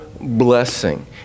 blessing